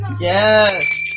Yes